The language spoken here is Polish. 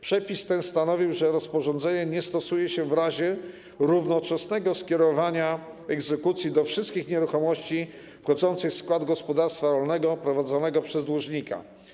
Przepis ten stanowił, że rozporządzenia nie stosuje się w razie równoczesnego skierowania egzekucji do wszystkich nieruchomości wchodzących w skład gospodarstwa rolnego prowadzonego przez dłużnika.